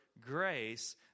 grace